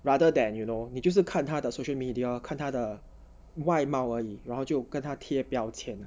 rather than you know 你就是看他的 social media 看他的外貌而已然后就跟他贴标签